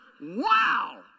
Wow